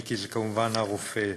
מיקי זה כמובן הרופא.